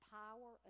power